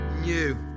new